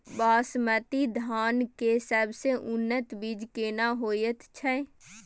बासमती धान के सबसे उन्नत बीज केना होयत छै?